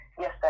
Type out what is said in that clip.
yes